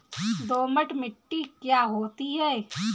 दोमट मिट्टी क्या होती हैं?